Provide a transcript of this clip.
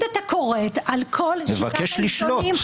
את הכורת על כל שיטת --- מבקש לשלוט.